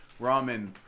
ramen